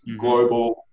global